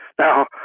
Now